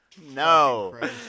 No